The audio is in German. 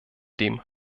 dem